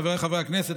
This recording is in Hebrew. חבריי חברי הכנסת,